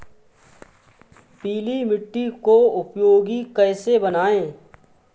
पीली मिट्टी को उपयोगी कैसे बनाएँ?